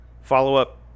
follow-up